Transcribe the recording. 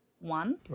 one